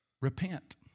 Repent